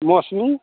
मौसम्बी